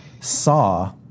saw